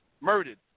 murdered